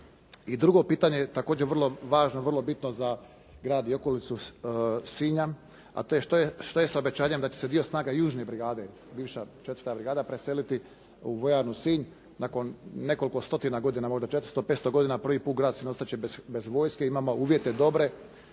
I drugo pitanje, također vrlo važno, vrlo bitno za grad i okolicu Sinja, a to je što je s obećanjem da će se dio snaga južne brigade, bivša 4. brigada, preseliti u vojarnu Sinj nakon nekoliko stotina godina, možda 400, 500 godina prvi put grad Sinj ostat će bez vojske. Imamo uvjete dobre,